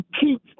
keep